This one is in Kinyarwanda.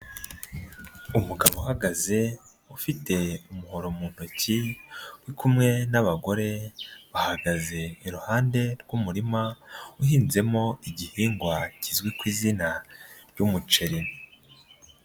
Umugabo uhagaze, ufite umuhoro mu ntoki, uri kumwe n'abagore, bahagaze iruhande rw'umurima, uhinzemo igihingwa kizwi ku izina ry'umuceri.